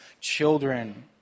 children